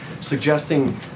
suggesting